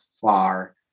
far